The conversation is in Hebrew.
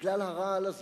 בכלל הרעל הזה,